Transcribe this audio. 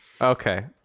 Okay